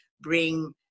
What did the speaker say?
bring